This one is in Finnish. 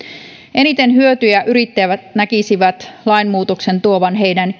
eniten hyötyjä yrittäjät näkisivät lainmuutoksen tuovan heidän